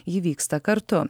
ji vyksta kartu